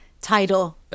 title